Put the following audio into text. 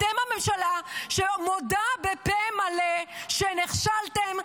אתם הממשלה שמודה בפה מלא שנכשלתם,